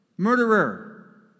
Murderer